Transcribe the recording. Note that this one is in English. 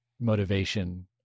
motivation